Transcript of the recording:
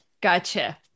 Gotcha